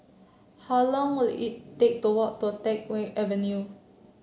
how long will it take to walk to Teck Whye Avenue